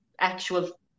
actual